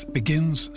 begins